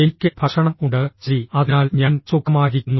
എനിക്ക് ഭക്ഷണം ഉണ്ട് ശരി അതിനാൽ ഞാൻ സുഖമായിരിക്കുന്നു